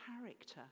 character